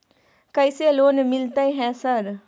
कैसे लोन मिलते है सर?